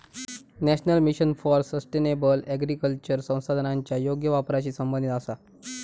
national mission for sustainable agriculture संसाधनांच्या योग्य वापराशी संबंधित आसा